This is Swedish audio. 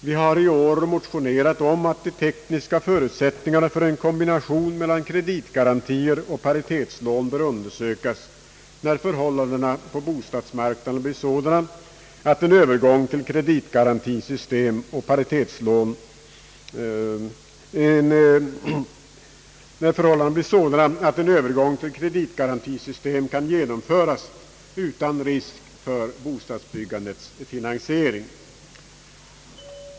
Vi har i år motionerat om att de tekniska förutsättningarna för en kombination av kreditgarantier och paritetslån bör undersökas, när förhållandena på bostadsmarknaden har blivit sådana, att en övergång till kreditgarantisystem kan genomföras utan risk för bostadsbyggandets finansiering.